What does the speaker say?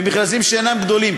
במכרזים שאינם גדולים,